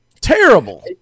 Terrible